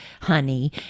honey